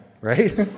right